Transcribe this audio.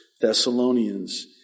Thessalonians